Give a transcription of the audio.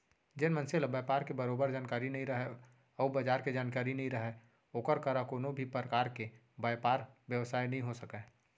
जेन मनसे ल बयपार के बरोबर जानकारी नइ रहय अउ बजार के जानकारी नइ रहय ओकर करा कोनों भी परकार के बयपार बेवसाय नइ हो सकय